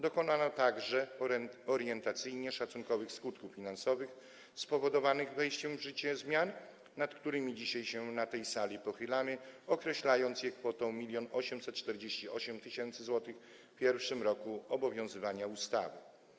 Dokonano także orientacyjnego oszacowania skutków finansowych spowodowanych wejściem w życie zmian, nad którymi dzisiaj się na tej sali pochylamy, określając je kwotą 1848 tys. zł w pierwszym roku obowiązywania ustawy.